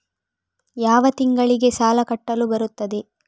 ಯಾವ ತಿಂಗಳಿಗೆ ಸಾಲ ಕಟ್ಟಲು ಬರುತ್ತದೆ?